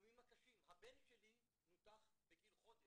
המומים הקשים הבן שלי נותח בגיל חודש.